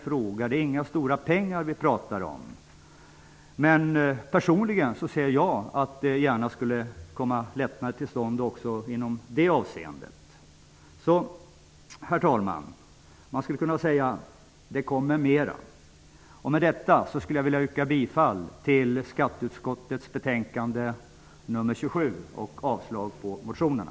Vi pratar inte om några stora pengar, men personligen ser jag gärna att lättnader kommer till stånd även på det området. Herr talman! Man skulle kunna säga: Det kommer mera. Med detta yrkar jag bifall till hemställan i skatteutskottets betänkande nr 27 och avslag på motionerna.